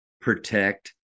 protect